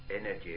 energy